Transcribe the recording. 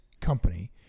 company